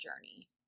journey